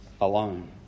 alone